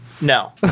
No